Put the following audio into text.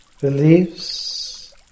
believes